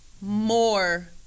More